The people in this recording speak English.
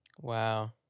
Wow